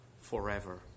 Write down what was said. forever